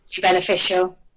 beneficial